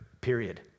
period